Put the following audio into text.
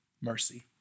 mercy